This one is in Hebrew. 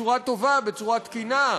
בצורה טובה, בצורה תקינה,